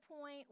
point